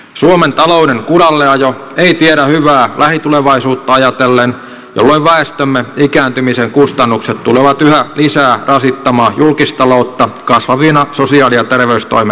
suomen talouden kuralleajo ei tiedä hyvää lähitulevaisuutta ajatellen jolloin väestömme ikääntymisen kustannukset tulevat yhä lisää rasittamaan julkistaloutta kasvavina sosiaali ja terveystoimen menoina